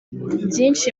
byinshi